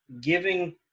giving